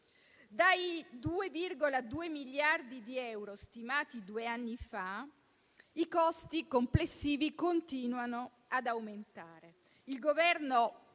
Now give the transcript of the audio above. ai 2,2 miliardi di euro stimati due anni fa, i costi complessivi continuano ad aumentare.